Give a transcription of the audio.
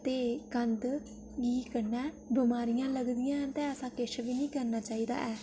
ते गंदगी कन्नै बमारियां लगदियां ते ऐसा किश बी नेईं करना चाहिदा ऐ